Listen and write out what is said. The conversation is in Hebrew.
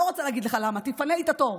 לא רוצה להגיד לך למה, תפנה לי את התור.